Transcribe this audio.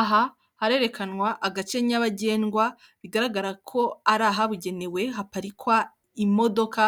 aha harerekanwa agace nyabagendwa bigaragara ko ari ahabugenewe haparikwa imodoka